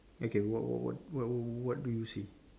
okay what what what what what what do you see